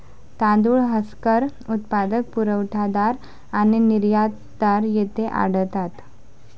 तांदूळ हस्कर उत्पादक, पुरवठादार आणि निर्यातदार येथे आढळतात